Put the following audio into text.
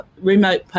remote